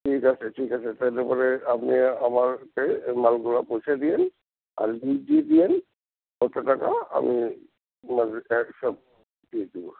ঠিক আছে ঠিক আছে তাহলে পরে আপনি আমাকে এ মালগুলো পৌঁছে দিন আর বিল দিয়ে দিন কত টাকা আমি মানে এক দিয়ে দেবো